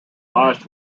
lodged